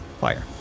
fire